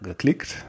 geklickt